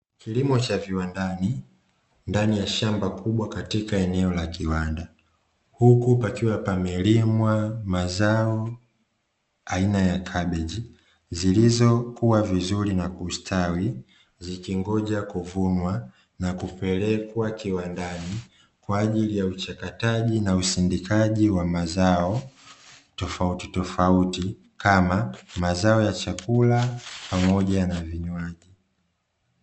Kilimo cha viwandani, ndani ya shamba kubwa katika eneo la kiwanda, huku pakiwa pamelimwa mazao, aina ya kabeji zilizo kuwa vizuri na kustawi zikingoja kuvunwa na kupelekwa kiwandani kwajili ya uchakataji na usindikaji wa mazao, tofauti tofauti kama mazao ya chakula na vinywaji.